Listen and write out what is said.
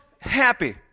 happy